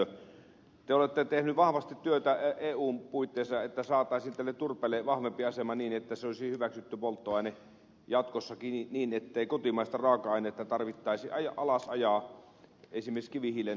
te olette tehnyt vahvasti työtä eun puitteissa että saataisiin tälle turpeelle vahvempi asema niin että se olisi hyväksytty polttoaine jatkossakin niin ettei kotimaista raaka ainetta tarvitsisi alas ajaa